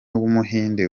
w’umuhinde